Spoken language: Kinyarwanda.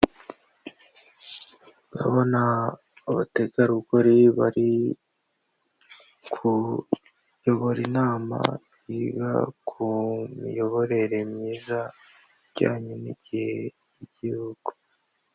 Ndabona abategarugori bari kuyobora inama yiga ku miyoborere myiza ijyanye n'igihe k'igihugu.